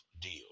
deal